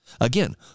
Again